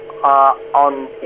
On